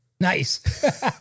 Nice